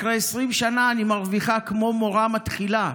אחרי 20 שנה אני מרוויחה כמו מורה מתחילה.